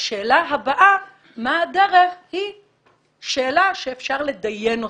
השאלה הבאה היא מה הדרך, שאלה שאפשר לדיין אותה.